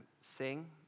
sing